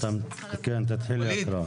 תתחיל הקראה.